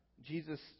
Jesus